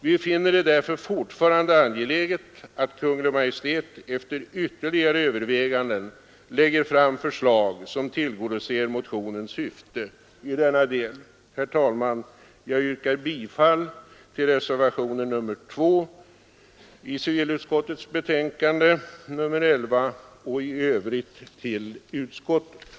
Vi finner det därför fortfarande angeläget att Kungl. Maj:t efter ytterligare överväganden lägger fram förslag som tillgodoser motionens syfte i denna del. Herr talman! Jag yrkar bifall till reservationen 2 i civilutskottets betänkande nr 11 och i övrigt till utskottets hemställan.